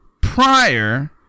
prior